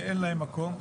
שאין להם מקום.